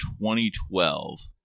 2012